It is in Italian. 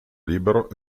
libero